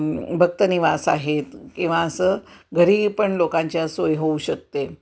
भक्तनिवास आहेत किंवा असं घरी पण लोकांच्या सोय होऊ शकते